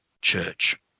church